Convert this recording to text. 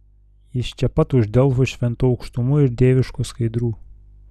jis čia pat už delfų šventų aukštumų ir dieviškų skaidrų